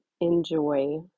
enjoy